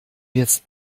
jetzt